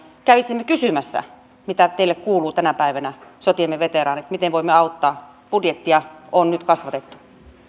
kävisi kysymässä mitä teille kuuluu tänä päivänä sotiemme veteraanit miten voimme auttaa budjettia on nyt kasvatettu